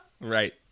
Right